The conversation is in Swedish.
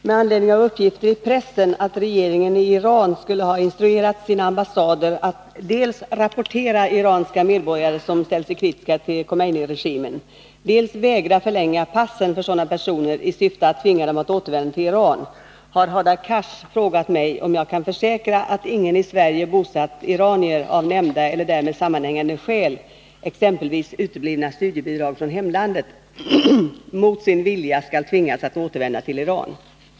Med anledning av uppgifter i pressen att regeringen i Iran skulle ha instruerat sina ambassader att dels rapportera iranska medborgare som ställt sig kritiska till Khomeiniregimen, dels vägra förlänga passen för sådana personer i syfte att tvinga dem att återvända till Iran, har Hadar Cars frågat mig om jag kan försäkra att ingen i Sverige bosatt iranier av nämnda eller därmed sammanhängande skäl — exempelvis uteblivna studiebidrag från hemlandet — mot sin vilja skall tvingas att återvända till Iran.